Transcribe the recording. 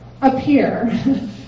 appear